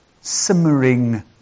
simmering